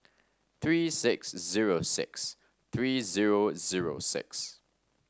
three six zero six three zero zero six